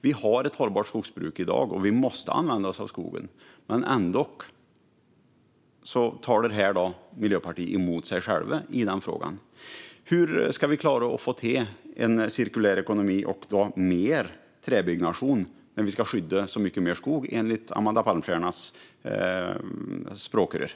Vi har ett hållbart skogsbruk i dag, och vi måste använda oss av skogen. Ändock talar Miljöpartiet emot sig självt i den frågan. Hur ska vi klara att få till en cirkulär ekonomi och mer träbyggnation när vi enligt Amanda Palmstiernas språkrör ska skydda så mycket mer skog?